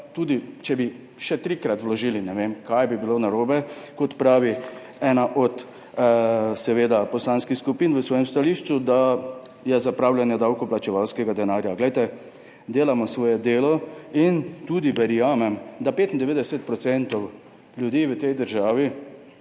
tudi če bi še trikrat vložili, ne vem, kaj bi bilo narobe, kot pravi ena od poslanskih skupin v svojem stališču, da je to zapravljanje davkoplačevalskega denarja. Delamo svoje delo in tudi verjamem, da 95 % ljudi v tej državi